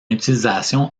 utilisation